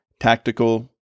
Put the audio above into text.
tactical